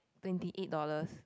twenty eight dollars